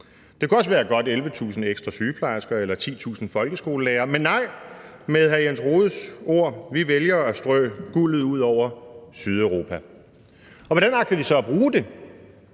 Det kunne også være godt 11.000 ekstra sygeplejersker eller 10.000 folkeskolelærere, men nej – med hr. Jens Rohdes ord: Vi vælger at strø guldet ud over Sydeuropa. Hvordan agter de så at bruge det?